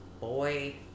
boy